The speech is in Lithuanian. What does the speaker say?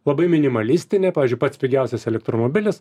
labai minimalistinė pavyzdžiui pats pigiausias elektromobilis